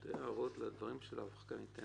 שתי הערות לדברים שלך: ראשית,